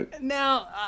Now